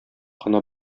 кына